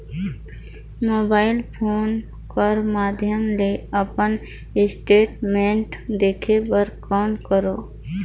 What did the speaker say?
Mobile phone कर माध्यम ले अपन स्टेटमेंट देखे बर कौन करों?